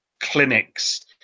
clinics